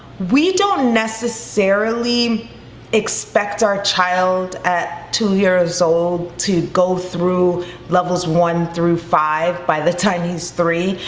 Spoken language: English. we don't necessarily expect our child at two years old to go through levels one through five, by the time he's three,